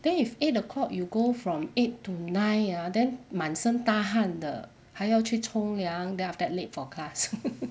then if eight o'clock you go from eight to nine ah then 满身大汗的还要去冲凉 then after that late for class